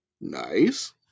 Nice